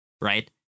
right